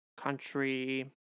country